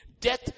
death